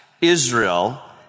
Israel